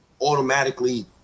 automatically